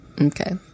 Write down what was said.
Okay